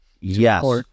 yes